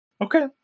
Okay